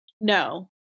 No